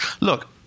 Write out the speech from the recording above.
Look